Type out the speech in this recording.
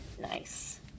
Nice